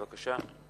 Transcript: בבקשה.